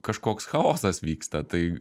kažkoks chaosas vyksta tai